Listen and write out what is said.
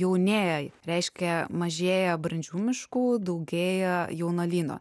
jaunėja reiškia mažėja brandžių miškų daugėja jaunuolyno